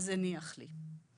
אז הוא הניח לי.